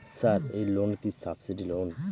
Sir এই loan কি subsidy loan?